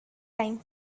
time